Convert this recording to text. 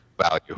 value